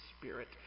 spirit